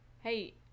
hey